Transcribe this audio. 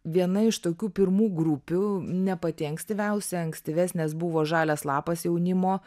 viena iš tokių pirmų grupių ne pati ankstyviausia ankstyvesnės buvo žalias lapas jaunimo